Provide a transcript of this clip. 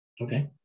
Okay